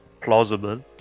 plausible